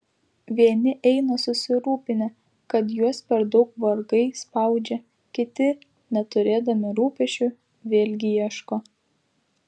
vieni eina susirūpinę kad juos per daug vargai spaudžia kiti neturėdami rūpesčių vėlgi ieško